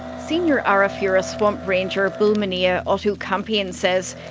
senior arafura swamp ranger bulmaniya otto campion says,